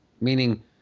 Meaning